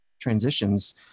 transitions